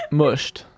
mushed